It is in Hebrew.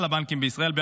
הבנקים בישראל.